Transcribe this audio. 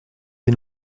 des